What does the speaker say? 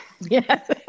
Yes